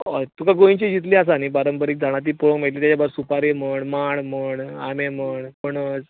तुकां गोंयचीं जितलीं आसा न्हय पारंपारीक झाडां पळोवपाक मेळटलीं सुपारी म्हण माड म्हण आंबे म्हण पणस